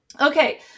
Okay